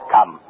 Come